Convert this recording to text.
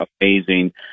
amazing